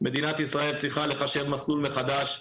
מדינת ישראל צריכה לחשב מסלול מחדש,